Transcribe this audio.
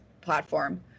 platform